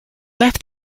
left